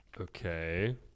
Okay